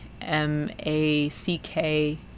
M-A-C-K